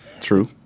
True